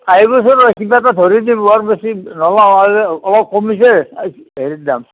আহিবচোন কিবা এটা ধৰি দিম বৰ বেছি নলওঁ অলপ কমিছে হেৰিৰ দাম